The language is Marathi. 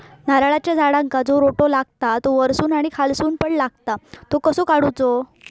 नारळाच्या झाडांका जो रोटो लागता तो वर्सून आणि खालसून पण लागता तो कसो काडूचो?